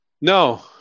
No